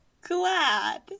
glad